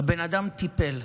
והבן אדם טיפל.